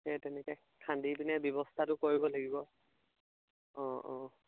সেই তেনেকৈ খান্দি পিনে ব্যৱস্থাটো কৰিব লাগিব অঁ অঁ